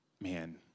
man